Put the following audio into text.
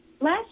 Last